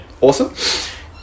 awesome